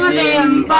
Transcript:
a m